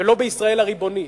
ולא בישראל הריבונית,